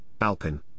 Alpin